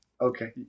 Okay